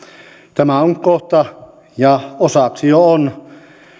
tämä on kohta ja osaksi jo on